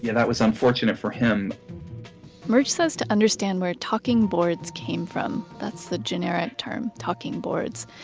yeah that was unfortunate for him murch says to understand where talking boards came from, that's the generic term, talking boards,